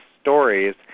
stories